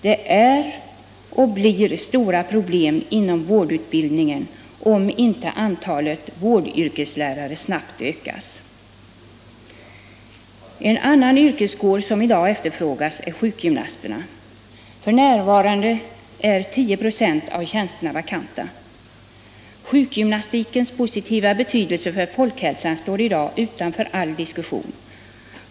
Det är och blir stora problem inom vårdutbildningen om inte antalet vårdyrkeslärare snabbt ökas. En annan yrkeskår som i dag efterfrågas är sjukgymnasterna. F.n. är 10 ”» av tjänsterna vakanta. Sjukgymnastikens positiva betydelse för folkhälsan står i dag utanför all diskussion.